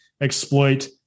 exploit